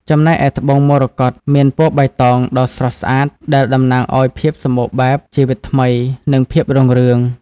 ចំណែកឯត្បូងមរកតមានពណ៌បៃតងដ៏ស្រស់ស្អាតដែលតំណាងឱ្យភាពសម្បូរបែប ជីវិតថ្មី និងភាពរុងរឿង។